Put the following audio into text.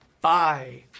Bye